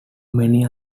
many